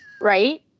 right